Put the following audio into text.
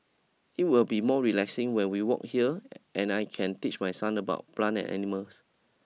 it will be more relaxing when we walk here and I can teach my son about plants and animals